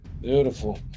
Beautiful